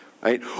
Right